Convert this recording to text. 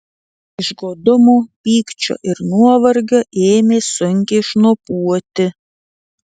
iš godumo pykčio ir nuovargio ėmė sunkiai šnopuoti